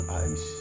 eyes